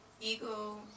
Ego